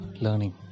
learning